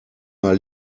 mal